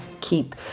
keep